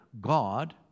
God